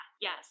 Yes